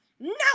No